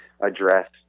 address